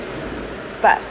but